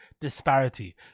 disparity